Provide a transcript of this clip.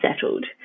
settled